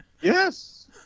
Yes